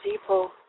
people